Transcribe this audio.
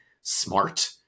smart